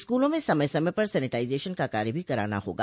स्कूलों में समय समय पर सैनिटाइजेशन का कार्य भी करना होगा